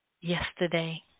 yesterday